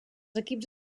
equips